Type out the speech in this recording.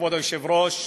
כבוד היושב-ראש,